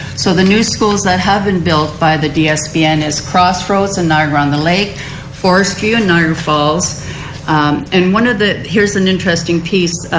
so the new schools that have been built by the dsbn is crossroads and niagra on the lake for a few and niagra falls and one of the here is an interesting piece.